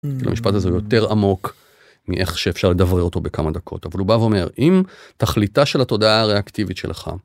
המשפט הזה יותר עמוק מאיך שאפשר לדברר אותו בכמה דקות. אבל הוא בא ואומר אם תכליתה של התודעה הראקטיבית שלך.